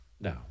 now